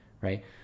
right